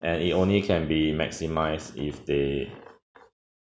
and it only can be maximised if they